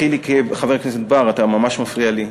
חיליק, חבר הכנסת בר, אתה ממש מפריע לי.